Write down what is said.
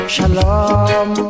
Shalom